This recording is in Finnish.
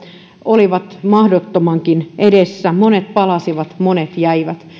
olivat mahdottomankin edessä monet palasivat monet jäivät